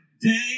day